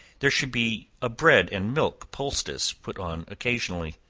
there should be a bread and milk poultice put on occasionally.